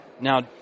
Now